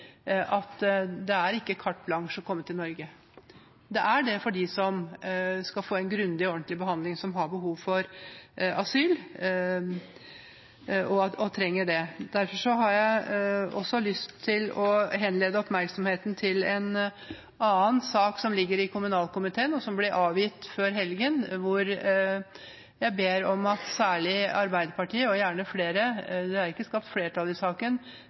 at det er ikke carte blanche å komme til Norge. Det er det for dem som har behov for og trenger asyl, og som skal få en grundig og ordentlig behandling. Derfor har jeg også lyst til å henlede oppmerksomheten på en annen sak, som ligger i kommunalkomiteen, hvor innstilling ble avgitt før helgen, og hvor jeg ber om at særlig Arbeiderpartiet – og gjerne flere, det er ikke skapt flertall i saken